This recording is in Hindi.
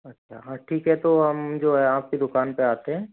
अच्छा हाँ ठीक है तो हम जो है आपकी दुकान पे आते हैं